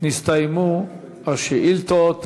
נסתיימו השאילתות.